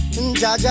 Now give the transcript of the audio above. Jaja